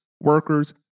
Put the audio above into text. workers